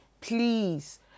please